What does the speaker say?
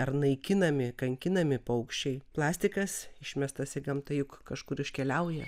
ar naikinami kankinami paukščiai plastikas išmestas į gamtą juk kažkur iškeliauja